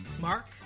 Mark